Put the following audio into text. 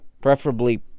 Preferably